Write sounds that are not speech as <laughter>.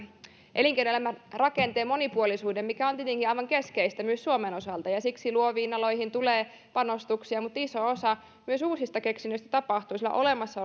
elinkeinoelämän rakenteen monipuolisuuden mikä on tietenkin aivan keskeistä myös suomen osalta ja siksi luoviin aloihin tulee panostuksia mutta iso osa myös uusista keksinnöistä tapahtuu olemassa <unintelligible>